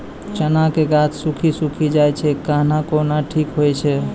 चना के गाछ सुखी सुखी जाए छै कहना को ना ठीक हो छै?